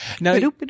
Now